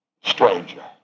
stranger